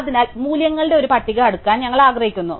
അതിനാൽ മൂല്യങ്ങളുടെ ഒരു പട്ടിക അടുക്കാൻ ഞങ്ങൾ ആഗ്രഹിക്കുന്നു